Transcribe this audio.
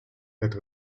that